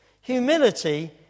Humility